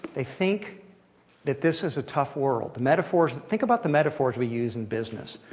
they think that this is a tough world. the metaphors, think about the metaphors we use in business.